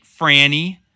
Franny